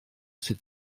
sut